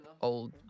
old